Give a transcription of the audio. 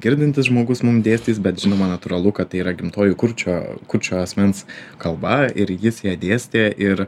girdintis žmogus mum dėstys bet žinoma natūralu kad tai yra gimtoji kurčio kurčio asmens kalba ir jis ją dėstė ir